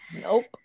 nope